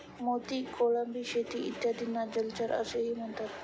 मोती, कोळंबी शेती इत्यादींना जलचर असेही म्हणतात